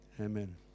Amen